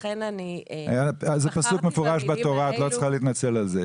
זה פסוק מפורש בתורה, את לא צריכה להתנצל על זה.